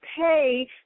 pay